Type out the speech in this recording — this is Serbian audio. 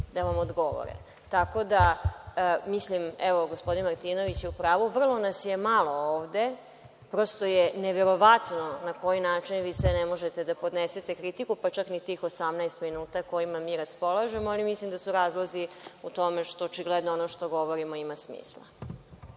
da vam odgovore. Evo, gospodin Martinović je u pravu, vrlo nas je malo ovde, prosto je neverovatno na koji način vi sve ne možete da podnesete kritiku, pa čak ni tih 18 minuta kojima mi raspolažemo, ali mislim da su razlozi u tome što očigledno ono što govorimo ima smisla.